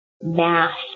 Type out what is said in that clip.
math